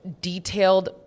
detailed